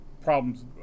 problems